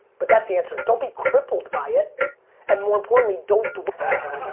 but that's the answer. don't be crippled by it and more importantly, don't fast,